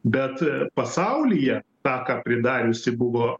bet pasaulyje tą ką pridariusi buvo